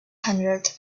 hundred